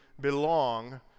belong